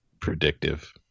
predictive